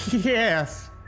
yes